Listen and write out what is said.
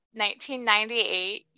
1998